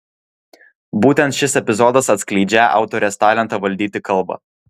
būtent šis epizodas atskleidžią autorės talentą valdyti kalbą